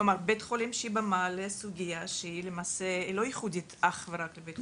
בית חולים שיבא מעלה סוגיה שהיא לא ייחודית אך ורק לבית חולים שיבא.